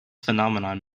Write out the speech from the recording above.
phenomenon